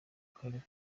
karere